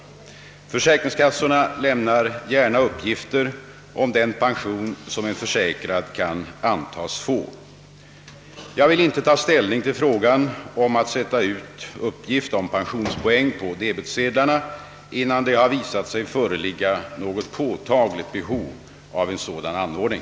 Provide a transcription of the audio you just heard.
Försäkringskassorna lämnar gärna uppgifter om den pension som en försäkrad kan antas få. Jag vill inte ta ställning till frågan om att sätta ut uppgift om pensionspoäng på debetsedlarna, innan det har visat sig föreligga något påtagligt behov av en sådan anordning.